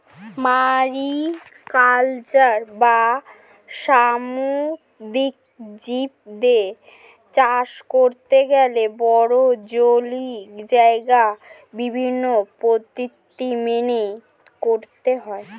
mariculture বা সামুদ্রিক জীবদের চাষ করতে গেলে বড়ো জলীয় জায়গায় বিভিন্ন পদ্ধতি মেনে করতে হয়